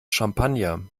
champagner